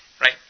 right